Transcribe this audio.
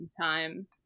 time